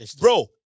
Bro